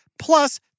plus